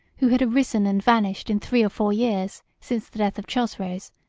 who had arisen and vanished in three or four years since the death of chosroes,